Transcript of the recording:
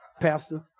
pastor